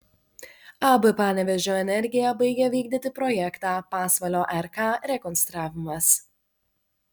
ab panevėžio energija baigia vykdyti projektą pasvalio rk rekonstravimas